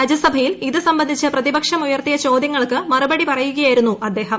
രാജ്യസഭയിൽ ഇത് സംബന്ധിച്ച് പ്രതിപക്ഷം ഉയർത്തിയ ചോദ്യങ്ങൾക്ക് മറുപടി പറയുകയായിരുന്നു അദ്ദേഹം